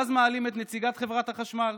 ואז מעלים את נציגת חברת החשמל,